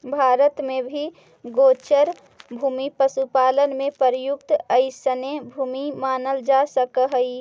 भारत में भी गोचर भूमि पशुपालन में प्रयुक्त अइसने भूमि मानल जा सकऽ हइ